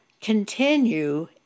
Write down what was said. continue